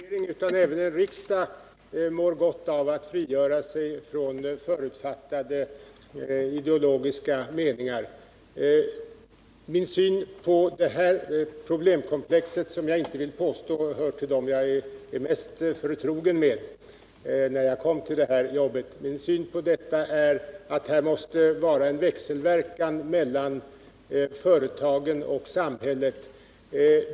Herr talman! Jag tror att inte bara en regering utan även en riksdag mår gott av att frigöra sig från förutfattade ideologiska meningar. Min syn på det här problemkomplexet — som jag inte vill påstå hör till dem som jag var mest förtrogen med när jag kom till det här jobbet — är att det måste vara en växelverkan mellan företagen och samhället här.